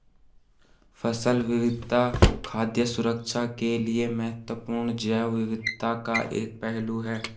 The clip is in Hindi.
फसल विविधता खाद्य सुरक्षा के लिए महत्वपूर्ण जैव विविधता का एक पहलू है